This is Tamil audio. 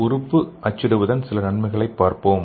உறுப்பு அச்சிடுவதன் சில நன்மைகளைப் பார்ப்போம்